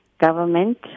government